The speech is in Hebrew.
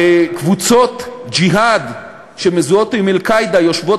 קבוצות ג'יהאד שמזוהות עם "אל-קאעידה" יושבות